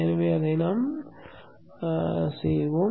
எனவே அதைச் செய்வோம்